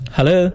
Hello